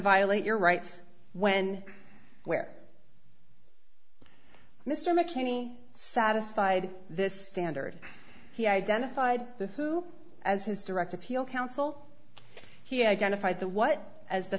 violate your rights when where mr mckinney satisfied this standard he identified as his direct appeal council he identified the what as the